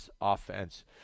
offense